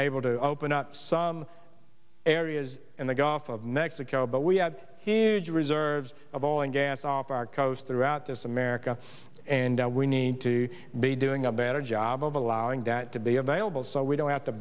able to open up some areas in the gulf of mexico but we had huge reserves of oil and gas off our coast throughout this america and we need to be doing a better job of allowing that to be available so we don't have to